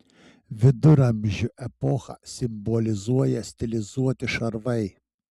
viduramžių epochą simbolizuoja stilizuoti šarvai